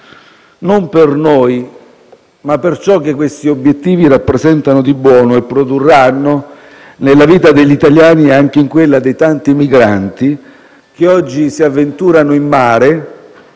non per noi, ma per ciò che questi obiettivi rappresentano di buono e produrranno nella vita degli italiani e anche in quella dei tanti migranti che oggi si avventurano in mare